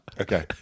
Okay